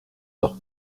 leur